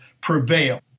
prevail